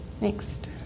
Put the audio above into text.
Next